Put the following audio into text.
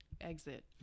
Exit